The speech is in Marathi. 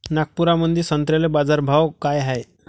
नागपुरामंदी संत्र्याले बाजारभाव काय हाय?